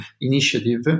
Initiative